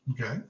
Okay